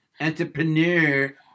Entrepreneur